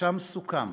ושם סוכם: